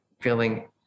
feeling